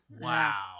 Wow